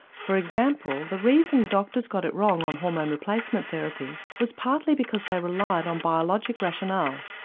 for example the reason doctors got it wrong on hormone replacement therapy was partly because they relied on biologic rationale,